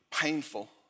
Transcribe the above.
painful